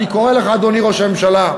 אני קורא לך, אדוני ראש הממשלה: